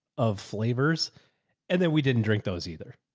of flavors and then we didn't drink those either.